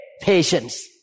patience